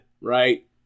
right